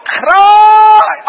cry